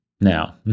Now